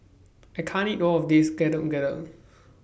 I can't eat All of This Getuk Getuk